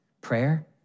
Prayer